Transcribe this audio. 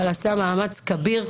אבל עשה מאמץ כביר.